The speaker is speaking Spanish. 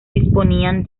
disponían